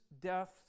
death